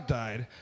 died